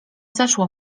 zaszło